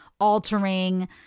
altering